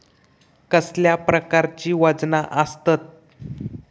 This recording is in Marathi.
कसल्या प्रकारची वजना आसतत?